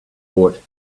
bought